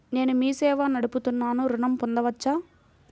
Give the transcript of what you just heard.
నేను మీ సేవా నడుపుతున్నాను ఋణం పొందవచ్చా?